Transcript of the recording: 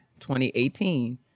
2018